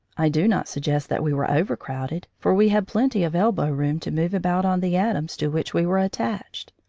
i do not suggest that we were overcrowded, for we had plenty of elbow-room to move about on the atoms to which we were attached.